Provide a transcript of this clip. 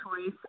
choice